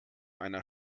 einer